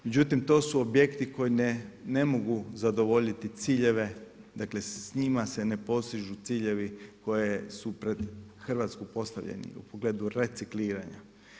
Međutim to su objekti koji ne mogu zadovoljiti ciljeve, dakle s njima se ne postižu ciljevi koje su pred Hrvatsku postavljeni u pogledu recikliranja.